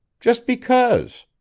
just because.